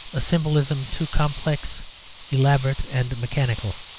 a symbolism too complex elaborate, and mechanical.